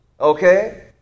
Okay